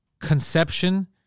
conception